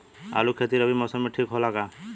आलू के खेती रबी मौसम में ठीक होला का?